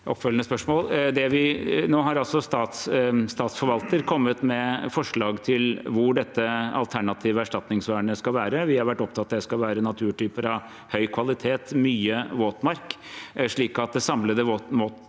oppfølgende spørsmål. Nå har statsforvalteren kommet med forslag til hvor dette alternative erstatningsvernet skal være. Vi har vært opptatt av at det skal være naturtyper av høy kvalitet, mye våtmark, slik at det samlede